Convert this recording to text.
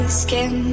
skin